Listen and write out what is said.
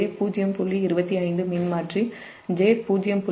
25 transformer j0